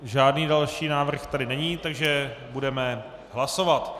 Žádný další návrh tady není, takže budeme hlasovat.